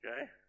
okay